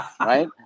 right